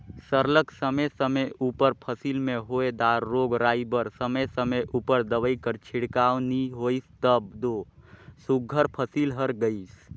सरलग समे समे उपर फसिल में होए दार रोग राई बर समे समे उपर दवई कर छिड़काव नी होइस तब दो सुग्घर फसिल हर गइस